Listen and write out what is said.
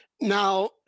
Now